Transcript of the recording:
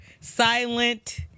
silent